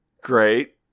Great